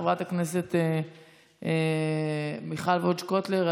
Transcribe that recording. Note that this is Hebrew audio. חברת הכנסת מיכל וונש קוטלר,